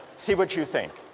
see what you think.